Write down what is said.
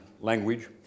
language